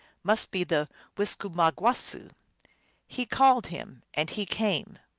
must be the wis-kuma gwasoo he called him, and he came.